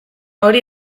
hori